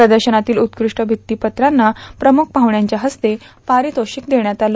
प्रदर्शनातील उत्कृष्ट भित्तीपत्रांना प्रमुख पाहुण्यांच्या हस्ते पारितोषिक देण्यात आली